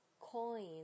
Coin